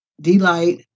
Delight